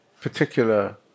particular